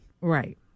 Right